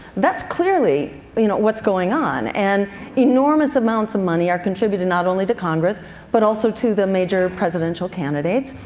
that's clearly you know what's going on, and in um honest amounts of money are contributed not only to congress but also to the major presidential candidates,